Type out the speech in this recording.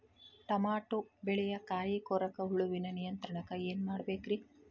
Tomato ಬೆಳೆಯ ಕಾಯಿ ಕೊರಕ ಹುಳುವಿನ ನಿಯಂತ್ರಣಕ್ಕ ಏನ್ ಮಾಡಬೇಕ್ರಿ?